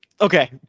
Okay